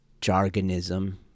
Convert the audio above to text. jargonism